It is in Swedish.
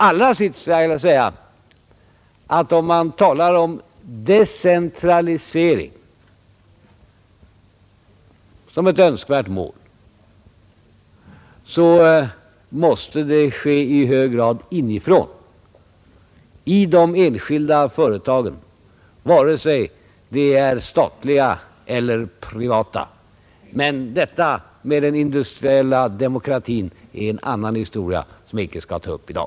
Allra sist skulle jag vilja säga att om man talar om decentralisering som ett önskvärt mål, så måste det i hög grad ske inifrån i de enskilda företagen, vare sig de är statliga eller privata. Men här är det fråga om den industriella demokratin, och det är en annan historia, som jag icke skall ta upp i dag.